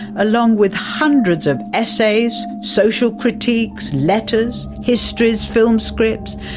along with hundreds of essays, social critiques, letters, histories, film scripts,